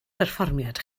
perfformiad